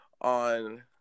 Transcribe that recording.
on